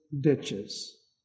ditches